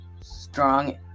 strong